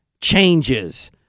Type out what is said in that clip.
changes